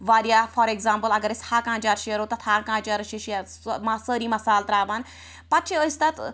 واریاہ for example اگر ہاکہٕ آنٛچار شیرو تتھ ہاکہٕ آنٛچارَس چھِ سٲری مَصالہٕ ترٛاوان پَتہٕ چھِ أسۍ تتھ